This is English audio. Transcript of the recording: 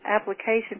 application